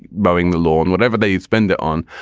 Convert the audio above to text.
mowing the law, and whatever they spend it on.